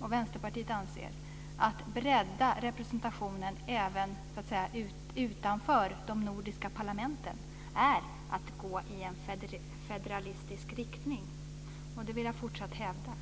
och Vänsterpartiet anser följande: Att bredda representationen även så att säga utanför de nordiska parlamenten är att gå i en federalistisk riktning, och det vill jag fortsatt hävda.